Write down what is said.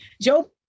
Joe